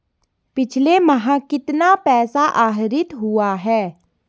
पिछले माह कितना पैसा आहरित हुआ है?